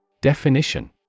Definition